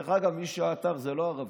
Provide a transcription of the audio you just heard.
דרך אגב, מי שעתר לא ערבי,